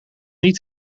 niet